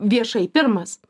viešai pirmas